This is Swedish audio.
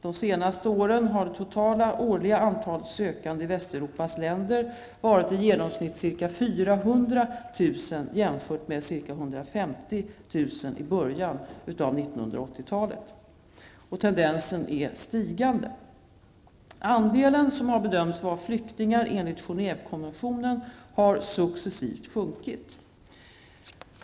De senaste åren har det totala årliga antalet sökande i Västeuropas länder varit i genomsnitt ca 400 000 jämfört med ca 150 000 i början av 1980-talet. Tendensen är stigande. Genèvekonventionen har successivt sjunkit.